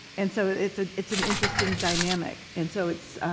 and so it's it's an interesting dynamic, and so it's,